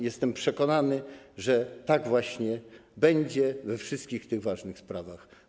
Jestem przekonany, że tak właśnie będzie we wszystkich tych ważnych sprawach.